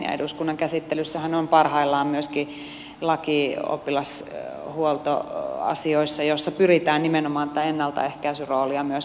eduskunnan käsittelyssähän on parhaillaan myöskin laki oppilashuoltoasioista jossa pyritään nimenomaan tätä ennaltaehkäisyn roolia vahvistamaan